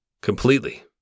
completely